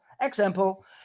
example